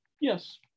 Yes